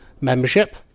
membership